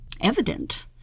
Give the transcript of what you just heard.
evident